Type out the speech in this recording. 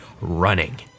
running